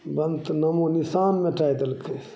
बन्दके नामोनिशान मेटाइ देलकै